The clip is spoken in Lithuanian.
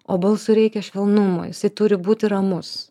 o balsui reikia švelnumo jisai turi būti ramus